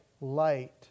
light